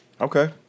Okay